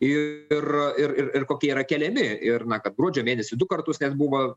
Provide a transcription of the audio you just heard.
ir kokie yra keliami ir na kad gruodžio mėnesį du kartus net buvo